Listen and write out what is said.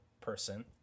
person